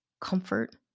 comfort